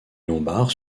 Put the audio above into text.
lombards